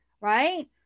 right